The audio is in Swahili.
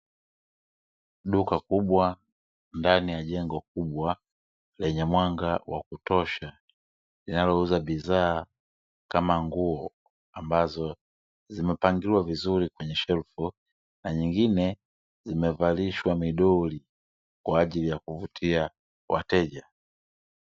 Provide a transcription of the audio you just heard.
Duka kubwa ndani ya jengo kubwa lenye mwanga wa kutosha, linalouza bidhaa kama nguo ambazo zimepangiliwa vizuri kwenye rafu na nyingine zimevalishwa midoli kwa ajili ya kuvutia wateja.